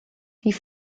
die